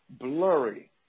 blurry